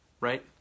right